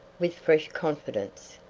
with fresh confidence.